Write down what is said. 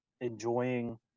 enjoying